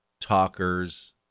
Talkers